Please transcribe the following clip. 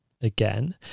Again